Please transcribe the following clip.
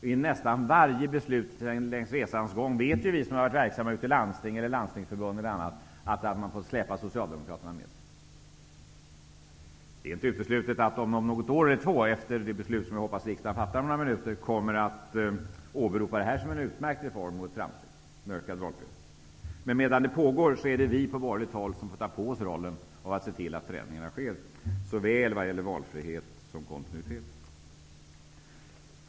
Vi som har varit verksamma ute i landstingen eller i Landstingsförbundet vet att man i nästan varje beslut längs resans gång har fått släpa Socialdemokraterna med sig. Det är inte uteslutet att de efter något år, efter det beslut som jag hoppas att riksdagen fattar om några minuter, kommer att åberopa det här som en utmärkt reform och ett framsteg för en ökad valfrihet, men under tiden är det vi från borgerligt håll som får ta på oss ansvaret för att se till att förändringarna sker, vad gäller såväl valfrihet som kontinuitet.